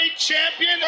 Champion